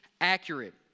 accurate